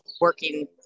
working